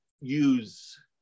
use